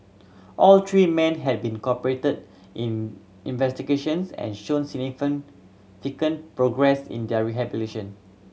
all three men had been cooperated in investigations and shown progress in their